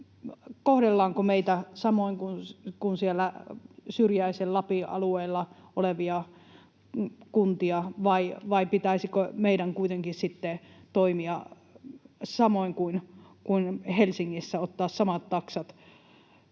kohdellaanko meitä samoin kuin siellä syrjäisen Lapin alueella olevia kuntia vai pitäisikö meidän kuitenkin sitten toimia samoin kuin Helsingissä, ottaa samat taksat.